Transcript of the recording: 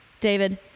David